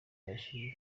amashyi